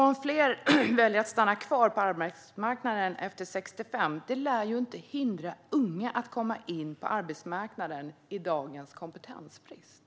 Om fler väljer att stanna kvar på arbetsmarknaden efter 65 lär det inte hindra unga att komma in på arbetsmarknaden med dagens kompetensbrist.